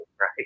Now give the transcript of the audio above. right